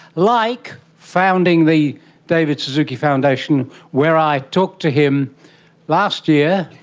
like founding the david suzuki foundation where i talked to him last year,